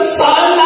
son